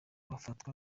bafatwa